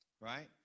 right